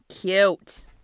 cute